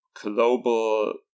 global